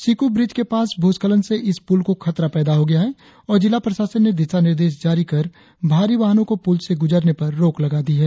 Siku bridge के पास भूस्खलन से इस पुल को खतरा पैदा हो गया है और जिला प्रशासन ने दिशा निर्देश जारी कर भारी वाहनों को पुल से गुजरने पर रोक लगा दिया है